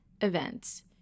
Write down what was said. events